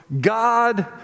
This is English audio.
God